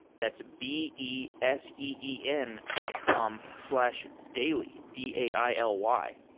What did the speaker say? that's b e s e e n dot com slash daily, d a i l y.